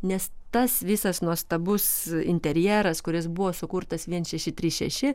nes tas visas nuostabus interjeras kuris buvo sukurtas vien šeši trys šeši